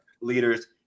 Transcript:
leaders